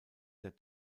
der